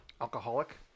Alcoholic